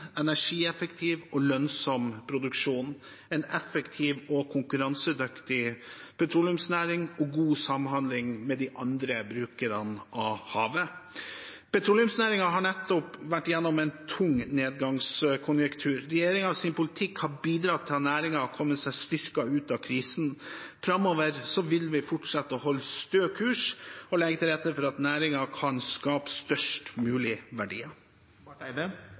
energieffektiv og lønnsom produksjon, en effektiv og konkurransedyktig petroleumsnæring og god samhandling med de andre brukerne av havet. Petroleumsnæringen har nettopp vært gjennom en tung nedgangskonjunktur. Regjeringens politikk har bidratt til at næringen har kommet seg styrket ut av krisen. Framover vil vi fortsette å holde stø kurs og legge til rette for at næringen kan skape størst mulige verdier.